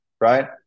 right